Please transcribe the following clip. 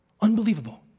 Unbelievable